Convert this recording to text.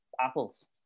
apples